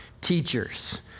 teachers